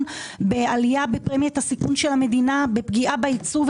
בעלייה בפרמיית הסיכון של המדינה ופגיעה בייצור,